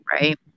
right